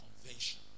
convention